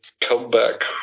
comeback